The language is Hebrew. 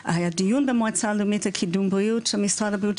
הדיון במועצה הלאומית לקידום בריאות משרד הבריאות,